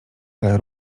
ale